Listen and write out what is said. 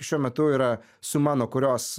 šiuo metu yra suma nuo kurios